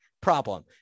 problem